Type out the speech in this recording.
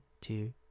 two